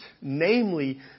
namely